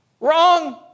Wrong